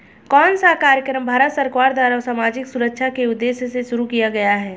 कौन सा कार्यक्रम भारत सरकार द्वारा सामाजिक सुरक्षा के उद्देश्य से शुरू किया गया है?